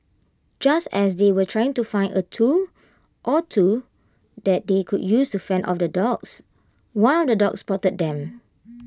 just as they were trying to find A tool or two that they could use to fend off the dogs one of the dogs spotted them